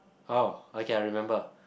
oh okay I remember